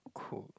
cool